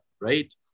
right